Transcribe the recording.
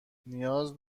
نیاز